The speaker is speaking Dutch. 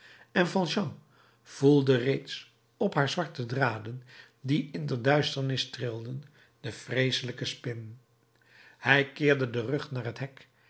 en valjean voelde reeds op haar zwarte draden die in de duisternis trilden de vreeselijke spin hij keerde den rug naar het hek